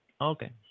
Okay